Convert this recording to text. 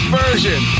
version